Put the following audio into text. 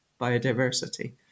biodiversity